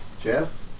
Jeff